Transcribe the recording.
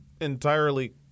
entirely